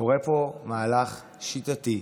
קורה פה מהלך שיטתי,